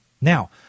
Now